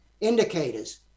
indicators